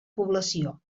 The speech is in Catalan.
població